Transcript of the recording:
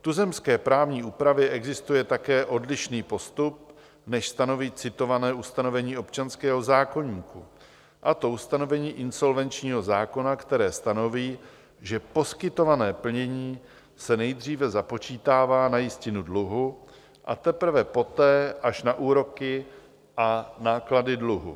V tuzemské právní úpravě existuje také odlišný postup, než stanoví citované ustanovení občanského zákoníku, a to ustanovení insolvenčního zákona, které stanoví, že poskytované plnění se nejdříve započítává na jistinu dluhu a teprve poté až na úroky a náklady dluhu.